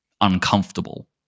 uncomfortable